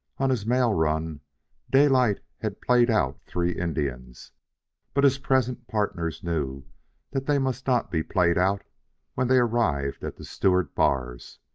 on his mail run daylight had played out three indians but his present partners knew that they must not be played out when they arrived at the stewart bars,